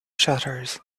shutters